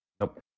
Nope